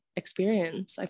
experience